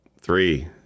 Three